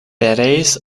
pereis